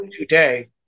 today